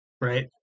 right